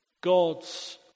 God's